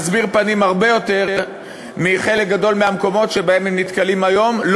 מסביר פנים הרבה יותר מאשר בחלק גדול מהמקומות שבהם הם נתקלים היום.